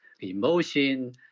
emotion